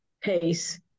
pace